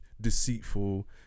deceitful